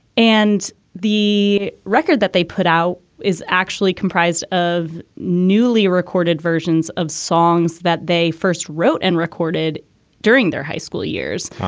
and the record that they put out is actually. apprised of newly recorded versions of songs that they first wrote and recorded during their high school years.